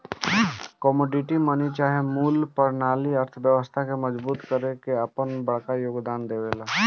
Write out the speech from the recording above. commodity money चाहे मूल परनाली अर्थव्यवस्था के मजबूत करे में आपन बड़का योगदान देवेला